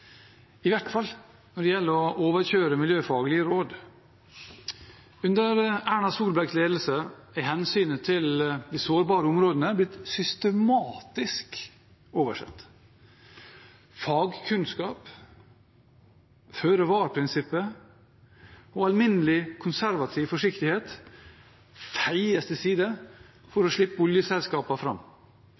i hvert fall når det gjelder å overkjøre miljøfaglige råd. Under Erna Solbergs ledelse er hensynet til de sårbare områdene blitt systematisk oversett. Fagkunnskap, føre-var-prinsippet og alminnelig konservativ forsiktighet feies til side for å slippe oljeselskapene fram.